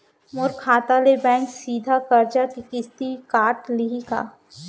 मोर खाता ले बैंक सीधा करजा के किस्ती काट लिही का?